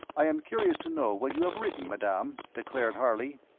i am curious to know what you have written, madame, declared harley.